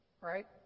Right